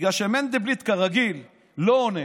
בגלל שמנדלבליט כרגיל לא עונה,